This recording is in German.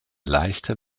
leichte